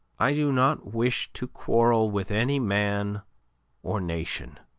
i do not wish to quarrel with any man or nation.